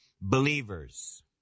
believers